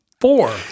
four